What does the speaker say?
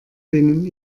denen